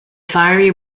fiery